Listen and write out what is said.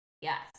Yes